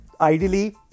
Ideally